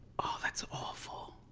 oh, that's awful.